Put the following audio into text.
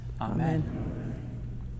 Amen